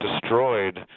destroyed